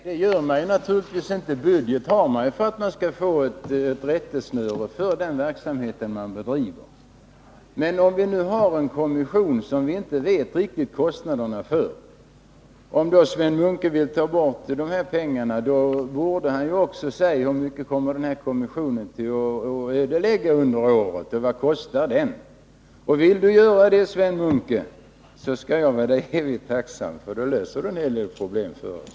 Herr talman! Nej, naturligtvis inte. En budget har man ju för att man skall få ett rättesnöre för den verksamhet man bedriver. Men vi har ju nu en kommission som vi inte riktigt vet kostnaderna för. Om Sven Munke vill ta bort pengarna för den kommissionen, då borde han också kunna säga hur mycket den kommer att kosta. Vill Sven Munke göra det, skall jag vara honom evigt tacksam, för då löser han en hel del problem för oss.